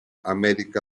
amèrica